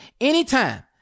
anytime